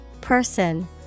Person